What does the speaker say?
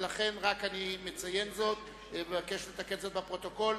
אני רק מציין זאת ומבקש לתקן בפרוטוקול.